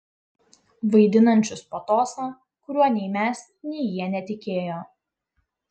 vaidinančius patosą kuriuo nei mes nei jie netikėjo